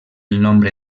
nombre